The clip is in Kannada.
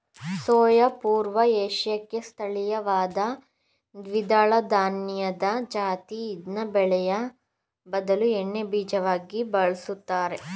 ಸೋಯಾ ಪೂರ್ವ ಏಷ್ಯಾಕ್ಕೆ ಸ್ಥಳೀಯವಾದ ದ್ವಿದಳಧಾನ್ಯದ ಜಾತಿ ಇದ್ನ ಬೇಳೆಯ ಬದಲು ಎಣ್ಣೆಬೀಜವಾಗಿ ಬಳುಸ್ತರೆ